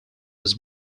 was